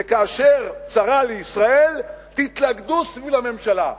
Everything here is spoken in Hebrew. זה כאשר צרה לישראל, תתלכדו סביב הממשלה.